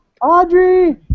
Audrey